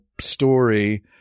story